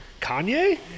Kanye